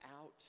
out